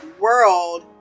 world